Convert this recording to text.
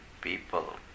people